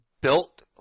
built